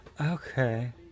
Okay